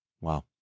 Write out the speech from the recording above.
Wow